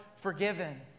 forgiven